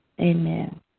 amen